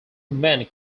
men